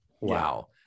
wow